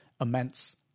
immense